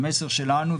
המסר שלנו,